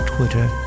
Twitter